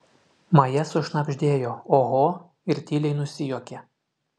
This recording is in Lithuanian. maja sušnabždėjo oho ir tyliai nusijuokė